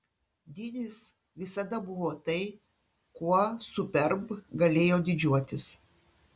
dydis visada buvo tai kuo superb galėjo didžiuotis